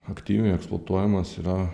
aktyviai eksploatuojamas yra